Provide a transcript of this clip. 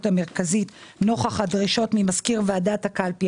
המרכזית נוכח הדרישות ממזכיר ועדת הקלפי.